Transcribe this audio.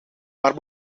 maar